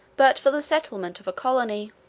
but for the settlement of a colony.